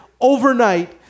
overnight